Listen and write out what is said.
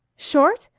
short?